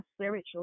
spiritual